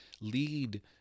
lead